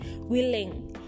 willing